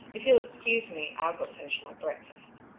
if you'll excuse me, i'll go finish my breakfast.